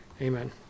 Amen